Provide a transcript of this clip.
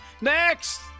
Next